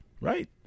Right